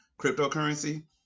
cryptocurrency